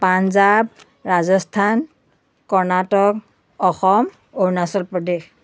Punjab Rajasthan Karnataka Assam Arunachal Pradesh